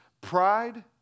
pride